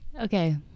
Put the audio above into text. okay